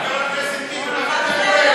למה אתה יורד, אחמד?